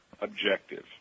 objective